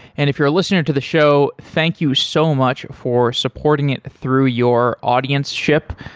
and if you're a listener to the show, thank you so much for supporting it through your audienceship.